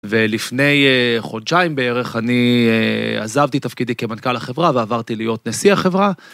ולפני חודשיים בערך אני עזבתי תפקידי כמנכ"ל החברה ועברתי להיות נשיא החברה.